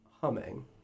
humming